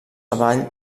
avall